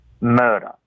murder